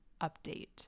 update